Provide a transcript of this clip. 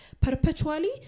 Perpetually